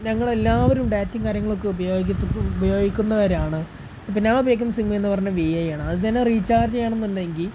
ഞങ്ങളെല്ലാവരും ഡാറ്റയും കാര്യങ്ങളുമൊക്കെ ഉപയോഗിക്കുന്നവരാണ് ഇപ്പോള് ഞാൻ ഉപയോഗിക്കുന്ന സിമ്മെന്ന് പറഞ്ഞാല് വി ഐ ആണ് അതുതന്നെ റീചാർജ് ചെയ്യണമെന്നുണ്ടെങ്കില്